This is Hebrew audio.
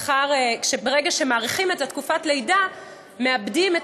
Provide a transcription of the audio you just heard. ברגע שמאריכים את תקופת הלידה מאבדים את